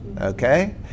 okay